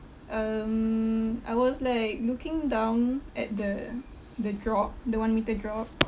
um I was like looking down at the the drop the one meter drop